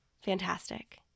fantastic